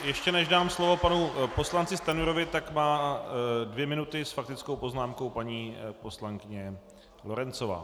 Ještě než dám slovo panu poslanci Stanjurovi, tak má dvě minuty s faktickou poznámkou paní poslankyně Lorencová.